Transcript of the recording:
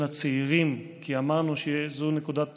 כי אמרנו שזו נקודת תורפה,